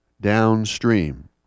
Downstream